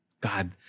God